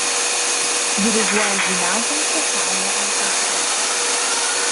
diriguoja žymiausiems pasaulio orkestrams